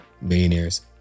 Millionaires